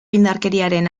indarkeriaren